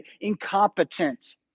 Incompetent